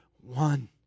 one